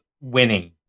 winning